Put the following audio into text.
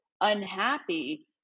unhappy